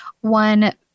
one